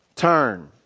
Turn